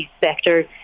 sector